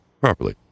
properly